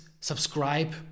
subscribe